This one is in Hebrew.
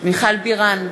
מיכל בירן,